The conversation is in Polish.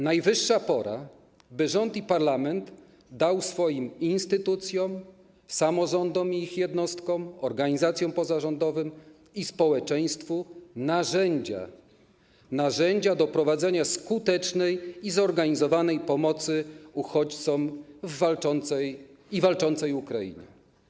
Najwyższa pora, by rząd i parlament dały swoim instytucjom, samorządom i ich jednostkom, organizacjom pozarządowym i społeczeństwu narzędzia do prowadzenia skutecznej i zorganizowanej pomocy uchodźcom i walczącej Ukrainie.